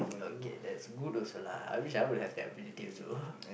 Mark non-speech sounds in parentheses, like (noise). okay that's good also lah I wish I would have that ability also (laughs)